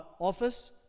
office